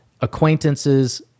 acquaintances